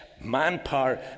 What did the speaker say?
manpower